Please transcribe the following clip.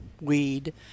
weed